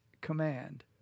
command